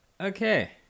Okay